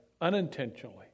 unintentionally